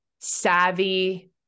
savvy